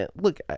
look